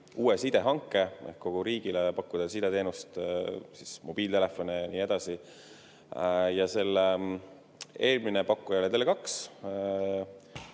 uue sidehanke, et kogu riigile pakkuda sideteenust, mobiiltelefone ja nii edasi. Selle eelmine pakkuja oli Tele2,